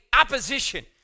opposition